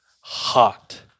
Hot